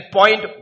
point